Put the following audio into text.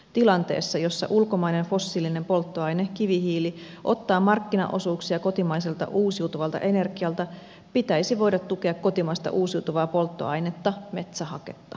tilanteessa jossa ulkomainen fossiilinen polttoaine kivihiili ottaa markkinaosuuksia kotimaiselta uusiutuvalta energialta pitäisi voida tukea kotimaista uusiutuvaa polttoainetta metsähaketta